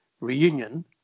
reunion